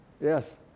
Yes